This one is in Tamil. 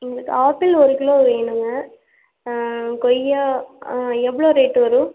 எங்களுக்கு ஆப்பிள் ஒரு கிலோ வேணுங்க கொய்யா எவ்வளோ ரேட்டு வரும்